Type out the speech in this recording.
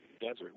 desert